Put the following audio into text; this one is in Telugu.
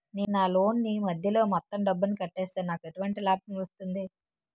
నేను నా లోన్ నీ మధ్యలో మొత్తం డబ్బును కట్టేస్తే నాకు ఎటువంటి లాభం వస్తుంది?